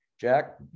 Jack